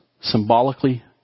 symbolically